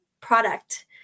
product